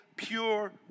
pure